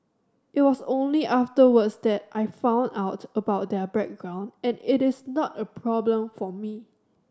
it was only afterwards that I found out about their background and it is not a problem for me